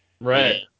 Right